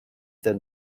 than